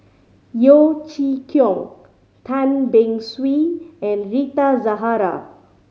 Yeo Chee Kiong Tan Beng Swee and Rita Zahara